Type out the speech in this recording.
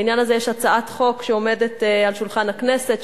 בעניין הזה יש הצעת חוק שעומדת על שולחן הכנסת,